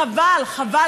חבל, חבל.